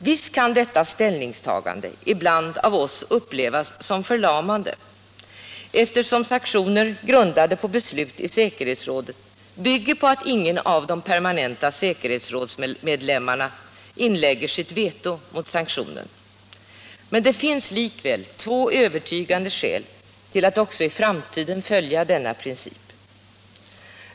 Visst kan detta ställningstagande ibland av oss upplevas som förlamande, eftersom sanktioner grundade på beslut i säkerhetsrådet bygger på att ingen av de permanenta säkerhetsrådsmedlemmarna inlägger sitt veto mot sanktionen, men det finns likväl två övertygande skäl till att också i framtiden följa denna princip.